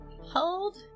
Hold